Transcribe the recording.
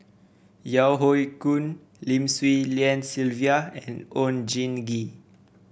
Yeo Hoe Koon Lim Swee Lian Sylvia and Oon Jin Gee